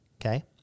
Okay